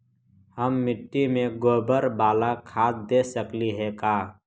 हम मिट्टी में गोबर बाला खाद दे सकली हे का?